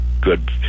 good